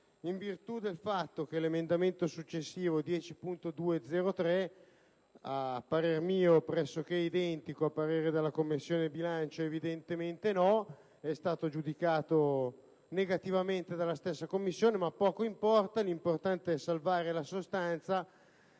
in virtù del fatto che l'emendamento successivo, il 10.203, è - a parer mio - pressoché identico, mentre a parere della Commissione bilancio evidentemente no, dato che è stato giudicato negativamente dalla stessa Commissione. Comunque, l'importante è salvare la sostanza